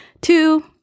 two